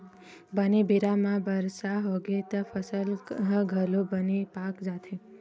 बने बेरा म बरसा होगे त फसल ह घलोक बने पाक जाथे